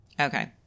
Okay